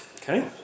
Okay